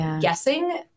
guessing